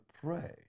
pray